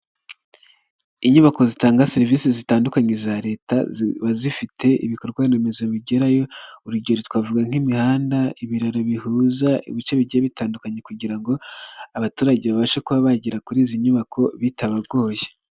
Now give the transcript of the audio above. Inyubako zitanga serivisi zitandukanye za leta ziba zifite ibikorwaremezo bigerayo, urugero twavuga nk'imihanda, ibiraro bihuza ibice bigiye bitandukanye kugira ngo, abaturage babashe kuba bagera kuri izi nyubako bitabagoye.